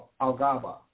Algaba